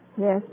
Yes